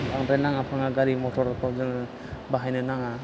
बांद्राय नाङा फाङा गारि मटरखौ जोङो बाहायनो नाङा